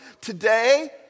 today